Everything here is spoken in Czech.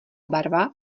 barva